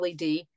LED